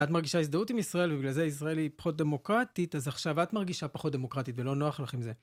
את מרגישה הזדהות עם ישראל, ובגלל זה ישראל היא פחות דמוקרטית, אז עכשיו את מרגישה פחות דמוקרטית, ולא נוח לך עם זה.